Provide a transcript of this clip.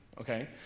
Okay